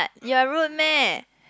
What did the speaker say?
you're rude meh